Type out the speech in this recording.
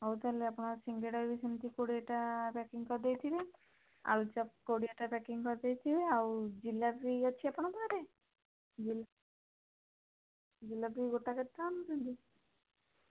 ହଉ ତା'ହେଲେ ଆପଣ ସିଙ୍ଗଡ଼ା ବି ସେମିତି କୋଡ଼ିଏଟା ପ୍ୟାକିଂ କରିଦେଇଥିବେ ଆଳୁଚପ୍ କୋଡ଼ିଏଟା ପ୍ୟାକିଂ କରିଦେଇଥିବେ ଆଉ ଜିଲାପି ଅଛି ଆପଣଙ୍କ ପାଖରେ ଜିଲାପି ଗୋଟା କେତେଟଙ୍କା ନେଉଛନ୍ତି